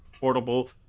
portable